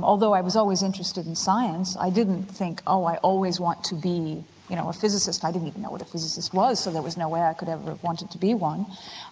although i was always interested in science i didn't think oh, i always want to be you know a physicist. i didn't even know what a physicist was so there was no way i could ever have wanted to be one